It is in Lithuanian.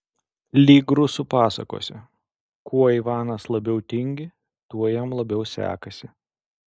lyg rusų pasakose kuo ivanas labiau tingi tuo jam labiau sekasi